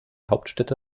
hauptstädte